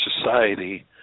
society